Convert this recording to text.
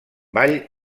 ball